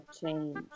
change